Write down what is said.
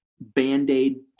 Band-Aid